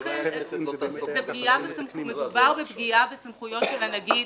אולי הכנסת לא תעסוק ב --- מדובר בפגיעה בסמכויות של הנגיד,